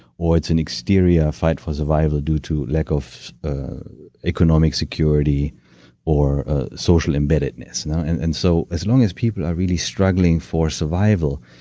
or it's an exterior fight for survival due to lack of economic security or ah social embeddedness and and so as long as people are really struggling for survival,